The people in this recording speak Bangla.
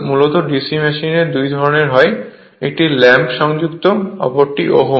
মূলত DC মেশিন দুই ধরনের হয় একটি ল্যাপ সংযুক্ত অন্যটি om